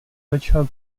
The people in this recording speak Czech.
začal